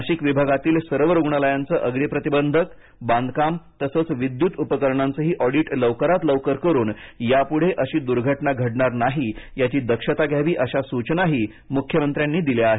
नाशिक विभागातील सर्व रूग्णालयांचं अग्निप्रतिबंधक बांधकाम तसंच विद्युत उपकरणांचंही ऑडिट लवकरात लवकर करून यापुढे अशी दुर्घटना घडणार नाही याची दक्षता घ्यावी अशा सूचनाही मुख्यमंत्र्यांनी दिल्या आहेत